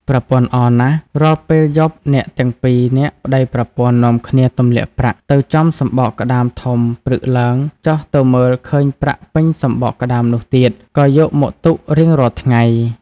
ប្រពន្ធអរណាស់រាល់ពេលយប់អ្នកទាំងពីរនាក់ប្ដីប្រពន្ធនាំគ្នាទម្លាក់ប្រាក់ទៅចំសំបកក្ដាមធំព្រឹកឡើងចុះទៅមើលឃើញប្រាក់ពេញសំបកក្ដាមនោះទៀត ក៏យកមកទុករៀងរាល់ថ្ងៃ ។